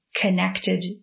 connected